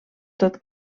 tot